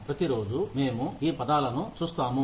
ప్రతిరోజు మేము ఈ పదాలను చూస్తాము